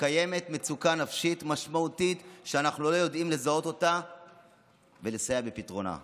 קיימת מצוקה נפשית משמעותית שאנחנו לא יודעים לזהות אותה ולסייע בפתרונה.